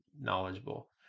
knowledgeable